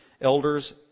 elders